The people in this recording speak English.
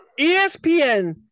ESPN